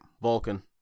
Vulcan